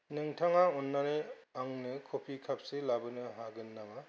नोंथाङा अननानै आंनो कफि कापसे लाबोनो हागोन नामा